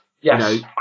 Yes